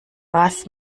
was